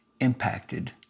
impacted